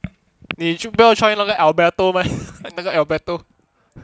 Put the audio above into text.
你就不要 try 那个 alberto meh 那个 alberto